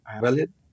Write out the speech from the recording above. valid